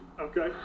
okay